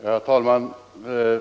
Herr talman!